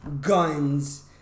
guns